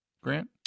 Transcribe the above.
Grant